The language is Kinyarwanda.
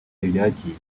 ibyagiye